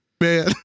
Man